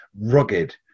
rugged